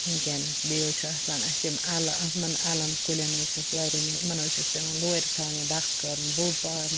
وٕنکٮ۪نَس بیٚیہِ حظ چھ آسان اسہِ یِم اَلہٕ اَتھ منٛز یِمن اَلن کُلٮ۪ن حظ چھِ اسہِ واریاہ مٮ۪حنت یِمَن حٕظ چھِ اسہِ پٮ۪وان لورِ تھاونہِ ڈَکھ کَرُن بوٚڈ پَہَم